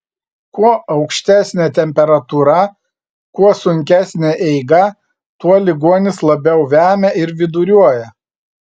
kuo aukštesnė temperatūra kuo sunkesnė eiga tuo ligonis labiau vemia ir viduriuoja